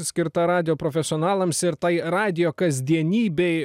skirtą radijo profesionalams ir tai radijo kasdienybei